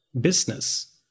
business